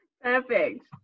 Perfect